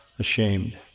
ashamed